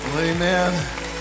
amen